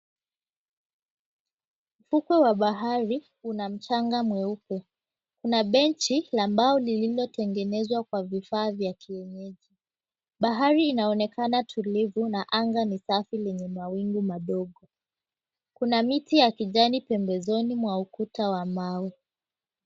Ufukwe wa bahari una mchanga mweupe, kuna benchi la bao lililotengenezwa kwa vifaa vya kienyeji. Bahari inaonekana tulivu, na anga ni safi lenye mawingu madogo. Kuna miti ya kijani pembezoni mwa ukuta wa mawe.